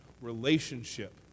relationship